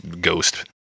ghost